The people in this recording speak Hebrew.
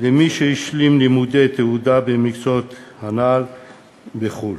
למי שהשלים למודי תעודה במקצועות הנ"ל בחו"ל,